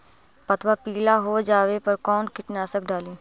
पतबा पिला हो जाबे पर कौन कीटनाशक डाली?